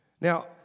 Now